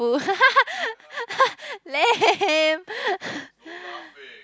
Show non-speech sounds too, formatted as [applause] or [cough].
[laughs] lame